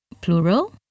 Plural